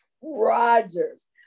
Rogers